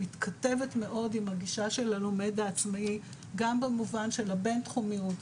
היא מתכתבת מאוד עם הגישה של הלומד העצמאי גם במובן של הבינתחומיות,